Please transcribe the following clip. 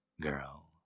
girl